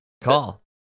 call